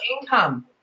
income